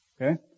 Okay